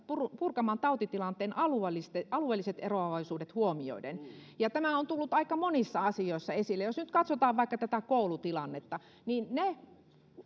purkamaan tautitilanteen alueelliset eroavaisuudet huomioiden tämä on tullut aika monissa asioissa esille jos nyt katsotaan vaikka tätä koulutilannetta niin nehän